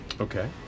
Okay